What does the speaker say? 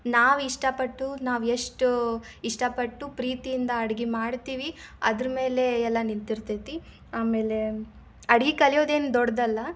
ನಾವು ಇಷ್ಟಪಟ್ಟು ನಾವು ಎಷ್ಟು ಇಷ್ಟಪಟ್ಟು ಪ್ರೀತಿಯಿಂದ ಅಡ್ಗೆ ಮಾಡ್ತೀವಿ ಅದ್ರ ಮೇಲೆ ಎಲ್ಲ ನಿಂತಿರ್ತೈತಿ ಆಮೇಲೆ ಅಡ್ಗೆ ಕಲಿಯೋದೇನೂ ದೊಡ್ಡದಲ್ಲ